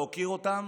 להוקיר אותם,